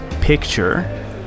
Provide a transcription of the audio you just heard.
picture